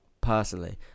Personally